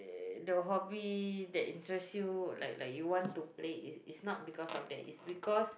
the hobby that interest you like like you want to play it's it's not because of that is because